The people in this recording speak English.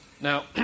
now